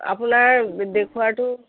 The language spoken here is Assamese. আপোনাৰ দেখুৱাৰটো